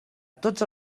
tots